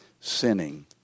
sinning